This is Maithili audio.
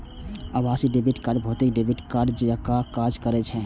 आभासी डेबिट कार्ड भौतिक डेबिट कार्डे जकां काज करै छै